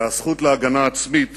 והזכות להגנה עצמית